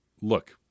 Look